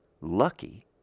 lucky